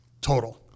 total